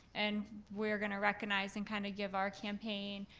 and we're gonna recognize and kind of give our campaign,